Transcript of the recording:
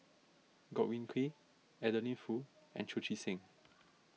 Godwin Koay Adeline Foo and Chu Chee Seng